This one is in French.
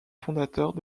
fondateurs